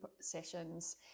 sessions